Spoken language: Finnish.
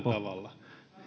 tavalla